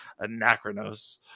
Anachronos